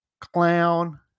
clown